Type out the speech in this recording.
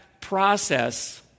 process